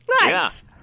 Nice